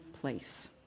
place